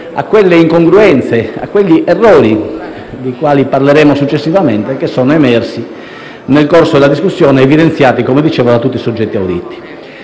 a quelle incongruenze e a quegli errori, dei quali parleremo successivamente, emersi nel corso della discussione e evidenziati, come dicevo, da tutti i soggetti auditi.